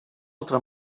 altra